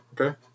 Okay